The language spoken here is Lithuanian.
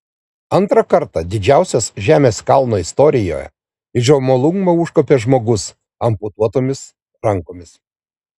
antrą kartą didžiausios žemės kalno istorijoje į džomolungmą užkopė žmogus amputuotomis rankomis